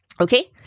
Okay